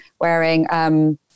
wearing